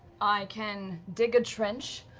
i can dig a trench,